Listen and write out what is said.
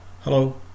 Hello